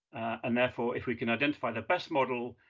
and therefore, if we can identify the best model,